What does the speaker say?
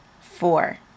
Four